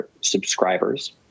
subscribers